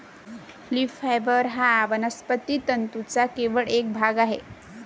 leaf fibre हा वनस्पती तंतूंचा केवळ एक भाग आहे